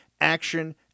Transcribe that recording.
Action